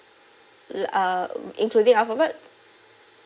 l~ uh including alphabet